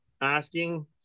asking